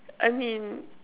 I mean